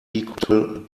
equal